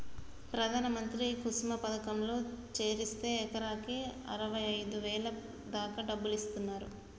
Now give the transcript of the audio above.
ప్రధాన మంత్రి కుసుమ పథకంలో చేరిస్తే ఎకరాకి అరవైఐదు వేల దాకా డబ్బులిస్తున్నరు